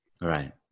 Right